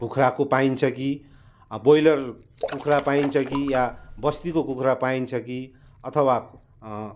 कुखुराको पाइन्छ कि ब्रोयलर कुखुरा पाइन्छ कि या बस्तीको कुखुरा पाइन्छ कि अथवा